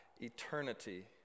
eternity